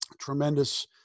tremendous